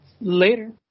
Later